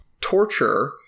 torture